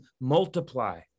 multiply